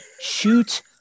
Shoot